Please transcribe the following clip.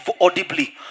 audibly